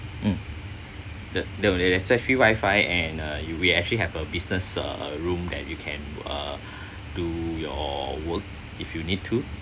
mm there there will access free wifi and uh you will actually have a business uh room that you can uh do your work if you need to